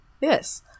Yes